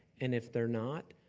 and if they're not,